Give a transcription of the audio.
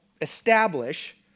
establish